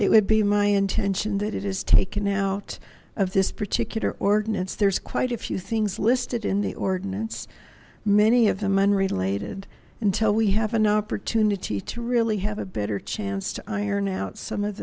it would be my intention that it is taken out of this particular ordinance there's quite a few things listed in the ordinance many of them unrelated until we have an opportunity to really have a better chance to iron out some of